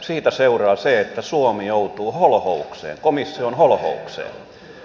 siitä seuraa se että suomi joutuu holhoukseen komission holhoukseen